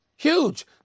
Huge